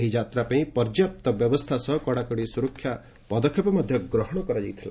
ଏହି ଯାତ୍ରା ପାଇଁ ପର୍ଯ୍ୟାପ୍ତ ବ୍ୟବସ୍ଥା ସହ କଡ଼ାକଡ଼ି ସ୍ତରକ୍ଷା ପଦକ୍ଷେପ ଗ୍ରହଣ କରାଯାଇଥିଲା